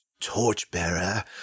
Torchbearer